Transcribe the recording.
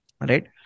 Right